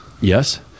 Yes